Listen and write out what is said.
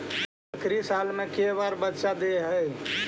बकरी साल मे के बार बच्चा दे है?